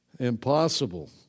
Impossible